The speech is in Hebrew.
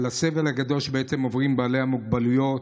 בגלל הסבל הגדול שעוברים בעלי המוגבלויות.